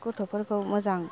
गथ'फोरखौ मोजां